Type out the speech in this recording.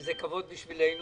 זה כבוד בשבילנו.